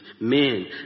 men